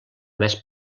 més